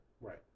Right